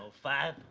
five?